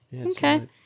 Okay